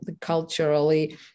culturally